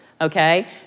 okay